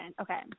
okay